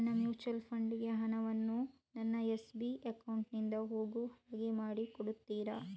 ನನ್ನ mutual fund ಗೆ ಹಣ ವನ್ನು ನನ್ನ ಎಸ್.ಬಿ ಅಕೌಂಟ್ ನಿಂದ ಹೋಗು ಹಾಗೆ ಮಾಡಿಕೊಡುತ್ತೀರಾ?